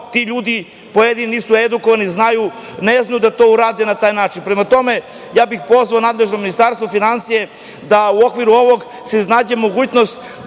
ti ljudi, pojedini, nisu edukovani, ne znaju da to urade na taj način. Prema tome, pozvao bih nadležno Ministarstvo finansija da se u okviru ovoga iznađe mogućnost